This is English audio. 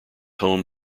home